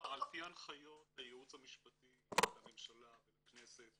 על פי הנחיות היועץ הממשלה לממשלה ולכנסת,